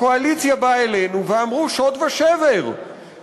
הקואליציה באה אלינו ואמרו: שוד ושבר,